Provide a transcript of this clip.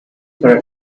for